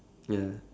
ya